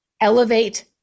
elevate